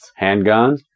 Handguns